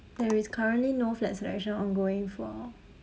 there is currently no flats selection ongoing for